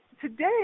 today